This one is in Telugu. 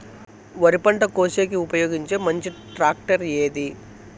వరి పంట కోసేకి ఉపయోగించే మంచి టాక్టర్ ఏది?